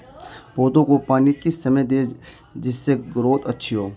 पौधे को पानी किस समय दें जिससे ग्रोथ अच्छी हो?